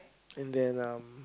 and then (m)